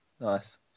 Nice